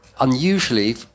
unusually